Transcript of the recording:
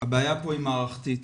פה היא מערכתית.